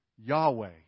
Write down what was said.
Yahweh